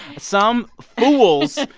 some fools.